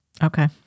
Okay